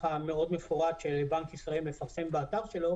המאוד מפורט שבנק ישראל מפרסם באתר שלו